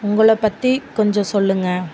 உங்களை பற்றி கொஞ்சம் சொல்லுங்கள்